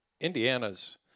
Indiana's